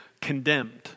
condemned